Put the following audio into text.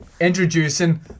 Introducing